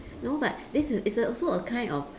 no but this is it's also a kind of